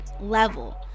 level